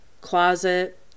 closet